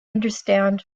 understand